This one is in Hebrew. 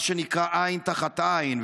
מה שנקרא עין תחת עין.